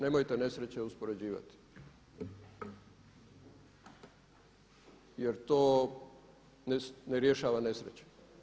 Nemojte nesreće uspoređivati, jer to ne rješava nesreće.